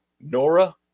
Nora